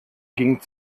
ging